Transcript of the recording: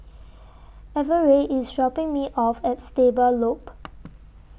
Everette IS dropping Me off At Stable Loop